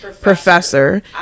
professor